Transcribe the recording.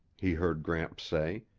he heard gramps say.